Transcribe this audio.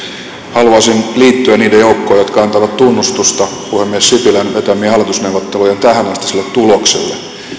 haluaisin liittyä niiden joukkoon jotka antavat tunnustusta puhemies sipilän vetämien hallitusneuvottelujen tähänastiselle tulokselle